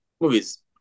movie's